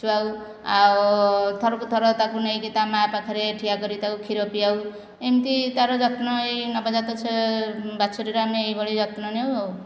ଶୁଆଉ ଆଉ ଥରକୁ ଥର ତାକୁ ନେଇକି ତା ମାଆ ପାଖରେ ଠିଆ କରି ତାକୁ କ୍ଷୀର ପିଆଉ ଏମିତି ତା'ର ଯତ୍ନ ନେଇ ନବଜାତ ଛୁଆ ବାଛୁରୀର ଆମେ ଏହିଭଳି ଯତ୍ନ ନେଉ ଆଉ